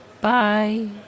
Bye